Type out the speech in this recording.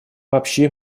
вообще